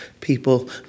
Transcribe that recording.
People